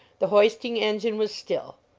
the hoisting engine was still,